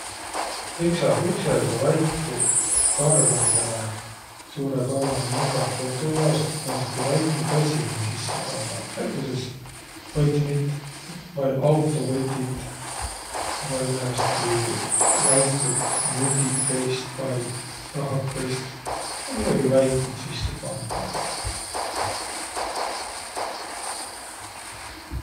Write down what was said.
Teksapüksel tuu väiku karmanigõnõ suurõ karmani nukah, tuu um vao rahakõist tuujaos, et määnestki väikut asja sinnäq pandaq. Näütüses võtmit vai autovõtind vai määnestki väikut mündikeist vai rahakõist. No midägi väikut sisse pandaq.